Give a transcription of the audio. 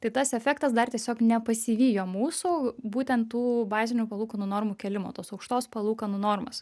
tai tas efektas dar tiesiog nepasivijo mūsų būtent tų bazinių palūkanų normų kėlimo tos aukštos palūkanų normos